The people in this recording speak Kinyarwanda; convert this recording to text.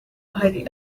hari